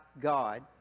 God